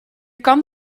kan